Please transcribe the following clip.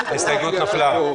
ההסתייגות נפלה.